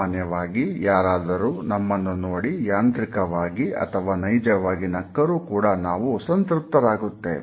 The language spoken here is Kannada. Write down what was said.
ಸಾಮಾನ್ಯವಾಗಿ ಯಾರಾದರೂ ನಮ್ಮನ್ನು ನೋಡಿ ಯಾಂತ್ರಿಕವಾಗಿ ಅಥವಾ ನೈಜವಾಗಿ ನಕ್ಕರೂ ಕೂಡ ನಾವು ಸಂತೃಪ್ತ ರಾಗುತ್ತೇವೆ